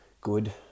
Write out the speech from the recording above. good